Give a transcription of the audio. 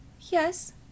Yes